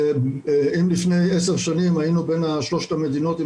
אם לפני עשר שנים היינו בין שלוש המדינות עם